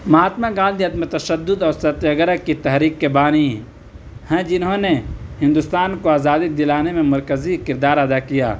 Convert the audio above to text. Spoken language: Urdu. مہاتما گاندھی عدمِ تشدُّد اور ستیہ گرہ کی تحریک کے بانی ہیں جنہوں نے ہندوستان کو آزادی دلانے میں مرکزی کردار ادا کیا